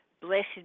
Blessed